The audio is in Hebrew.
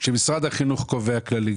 כשמשרד החינוך קובע כללים,